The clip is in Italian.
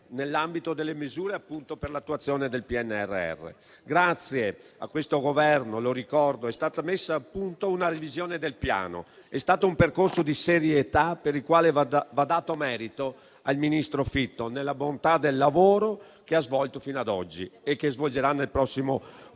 nell'ambito delle misure per l'attuazione del PNRR. Grazie a questo Governo, lo ricordo, è stata messa a punto una revisione del Piano. È stato un percorso di serietà, per il quale va dato merito al ministro Fitto della bontà del lavoro che ha svolto fino ad oggi e svolgerà nel prossimo futuro,